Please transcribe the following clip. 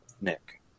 Nick